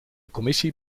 commissie